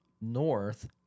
north